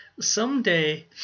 Someday